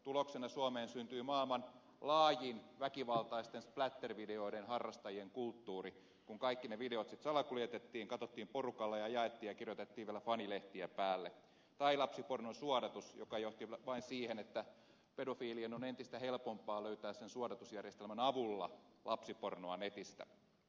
tuloksena suomeen syntyi maailman laajin väkivaltaisten splattervideoiden harrastajien kulttuuri kun kaikki ne videot sitten salakuljetettiin katsottiin porukalla ja jaettiin ja kirjoitettiin vielä fanilehtiä päälle tai lapsipornon suodatus joka johti vain siihen että pedofiilien on entistä helpompaa löytää sen suodatusjärjestelmän avulla lapsipornoa netistä